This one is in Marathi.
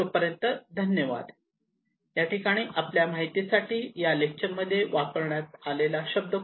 तोपर्यंत धन्यवाद